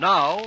Now